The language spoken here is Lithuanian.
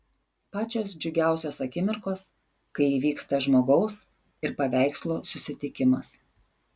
pačios džiugiausios akimirkos kai įvyksta žmogaus ir paveikslo susitikimas